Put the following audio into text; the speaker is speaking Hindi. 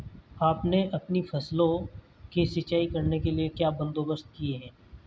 आपने अपनी फसलों की सिंचाई करने के लिए क्या बंदोबस्त किए है